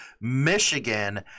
Michigan